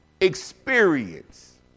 experience